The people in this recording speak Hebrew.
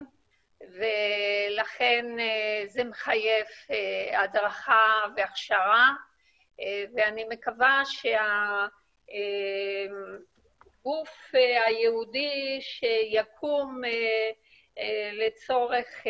ולכן זה מחייב הדרכה והכשרה ואני מקווה שהגוף הייעודי שיקום לצורך,